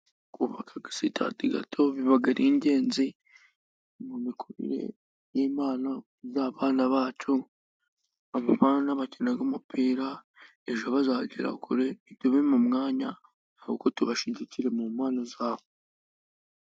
Kubaka agasitade gato biba ari ingenzi mu mikurire y'impano z'abana bacu, abana bakina umupira ejo bazagera kure, ntitubime umwanya ahubwo tubashyigikire mu mpano zabo.